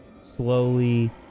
slowly